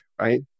right